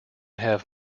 have